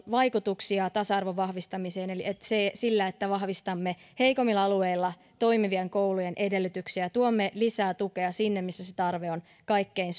vaikutuksia tasa arvon vahvistamiseen että vahvistamme heikommilla alueilla toimivien koulujen edellytyksiä ja tuomme lisää tukea sinne missä tarve on kaikkein